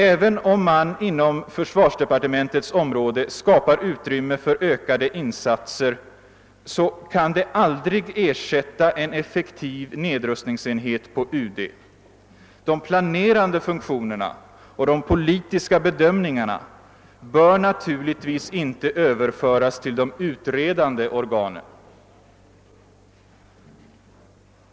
Även om man inom försvarsdepartementets område skapar utrymme för ökade insatser, kan det aldrig ersätta en effektiv nedrustningsenhet på UD. De planerande funktionerna och de politiska bedömningarna bör naturligtvis inte överföras till de utredande organen.